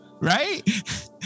Right